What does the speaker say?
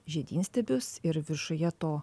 žiedynstiebius ir viršuje to